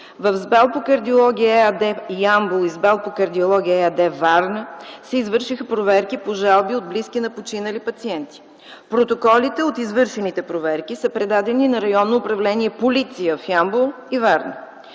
В СБАЛ по кардиология, ЕАД - Ямбол, и СБАЛ по кардиология, ЕАД – Варна, се извършиха проверки по жалби от близки на починали пациенти. Протоколите от извършените проверки са предадени на Районно управление – Полиция, в Ямбол и Варна.